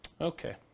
Okay